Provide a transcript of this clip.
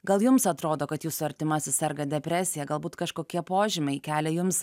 gal jums atrodo kad jūsų artimasis serga depresija galbūt kažkokie požymiai kelia jums